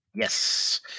Yes